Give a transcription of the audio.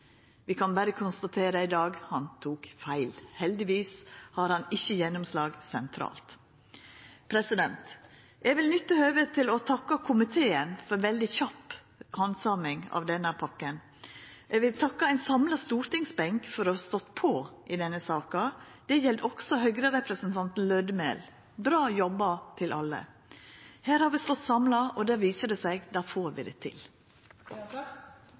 Vi kan i dag berre konstatera: Han tok feil. Heldigvis har han ikkje gjennomslag sentralt. Eg vil nytta høvet til å takka komiteen for veldig kjapp handsaming av denne pakken. Eg vil takka ein samla stortingsbenk for å ha stått på i denne saka. Det gjeld også Høgre-representanten Lødemel – bra jobba av alle! Her har vi stått samla, og det viser seg at då får vi det til.